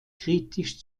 kritisch